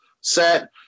set